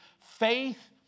Faith